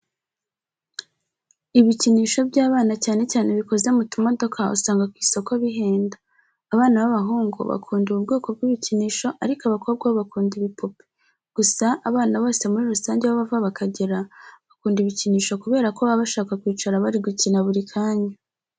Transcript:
Ibikinisho by'abana cyane cyane ibikoze mu tumodoka usanga ku isoko bihenda. Abana b'abahungu bakunda ubu bwoko bw'ibikinisho ariko abakobwa bo bakunda ibipupe, gusa abana bose muri rusange aho bava bakagera bakunda ibikinisho kubera baba bashaka kwicara bari gukina buri kanya.